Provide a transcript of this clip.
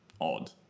odd